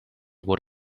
what